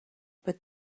but